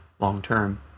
long-term